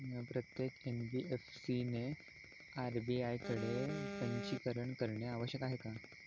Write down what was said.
प्रत्येक एन.बी.एफ.सी ने आर.बी.आय कडे पंजीकरण करणे आवश्यक आहे का?